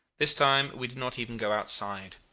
this time we did not even go outside.